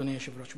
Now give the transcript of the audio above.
אדוני היושב-ראש.